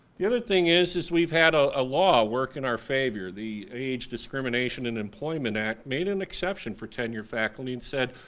the other thing is is we've had a law work in our favor, the age discrimination in employment act made an exception for tenured faculty and said,